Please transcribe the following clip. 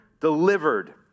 delivered